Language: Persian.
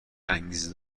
انگیزه